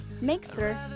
mixer